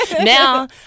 Now